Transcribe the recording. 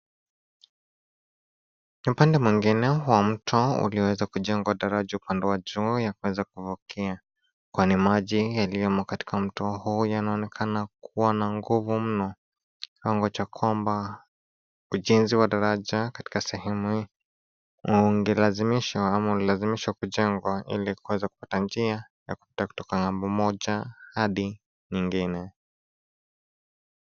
Upande mwingine wa mto uliweza kujengwa daraja upande wa juu ya kuweza kuvukia kwani maji mengi yaliyomo katika mto huu yanaonekana kuwa na nguvu mno kiwango cha kwamba ujenzi wa daraja katika sehemu hii ungelazimisha ama ulilazimishwa kujengwa ili kuweza kupata njia kutoka ngambo moja hadi nyingine.